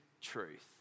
truth